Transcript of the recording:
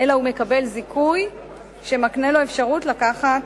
אלא הוא מקבל זיכוי שמקנה לו אפשרות לקחת